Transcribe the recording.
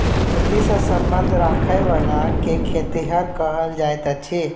खेत सॅ संबंध राखयबला के खेतिहर कहल जाइत अछि